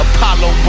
Apollo